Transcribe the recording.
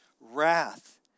wrath